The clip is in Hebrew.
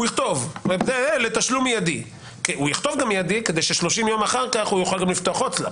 הוא יכתוב "מיידי" כדי ש-30 יום אחר כך הוא יוכל גם לפתוח הוצל"פ.